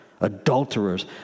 adulterers